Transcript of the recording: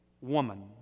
woman